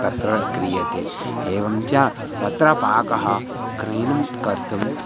तत्र क्रियते एवं च तत्र पाकः कृत्स्नं कर्तुं